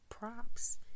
props